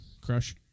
crush